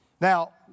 Now